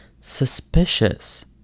Suspicious